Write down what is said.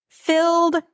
Filled